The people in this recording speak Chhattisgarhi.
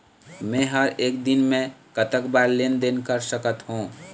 मे हर एक दिन मे कतक बार लेन देन कर सकत हों?